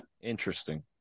interesting